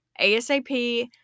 asap